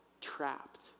trapped